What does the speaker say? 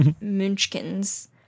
munchkins